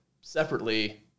separately –